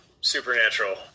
Supernatural